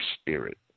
spirit